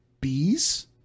bees